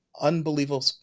unbelievable